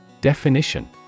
Definition